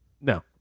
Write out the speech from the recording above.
no